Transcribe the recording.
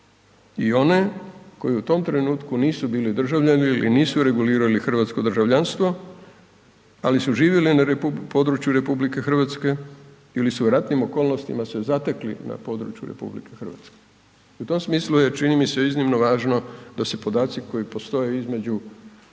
i one koji u tom trenutku nisu bili državljani ili nisu reguliraju hrvatsko državljanstvo, ali su živjeli na području RH ili su u ratnim okolnostima se zatekli na području RH. U tom smislu je čini mi se iznimno važno, da su podaci, koji postoje između